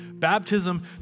baptism